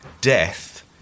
death